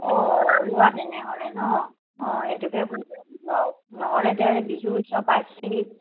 অঁ তেনেহ'লে ন অঁ সেইটোকে কৰি আছো আৰু নহ'লে এতিয়া বিহু উৎসৱ পাইছেহি